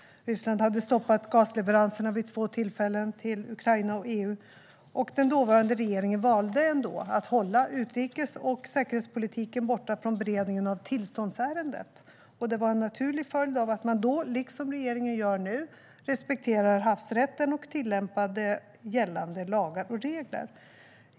Ryssland hade även stoppat gasleveranserna till Ukraina och EU vid två tillfällen. Ändå valde den dåvarande regeringen att hålla utrikes och säkerhetspolitiken borta från beredningen av tillståndsärendet. Det var en naturlig följd av att man då, liksom regeringen nu gör, respekterade havsrätten och tillämpade gällande lagar och regler.